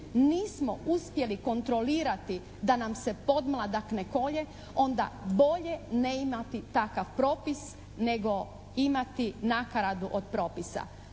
nismo uspjeli kontrolirati da nam se pomladak ne kolje onda bolje ne imati takav propis nego imati nakaradu od propisa.